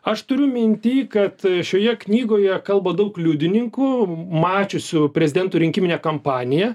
aš turiu minty kad šioje knygoje kalba daug liudininkų mačiusių prezidento rinkiminę kampaniją